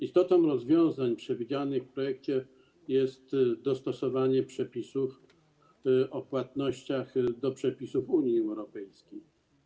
Istotą rozwiązań przewidzianych w projekcie jest dostosowanie przepisów o płatnościach do przepisów Unii Europejskiej.